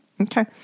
Okay